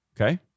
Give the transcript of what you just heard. Okay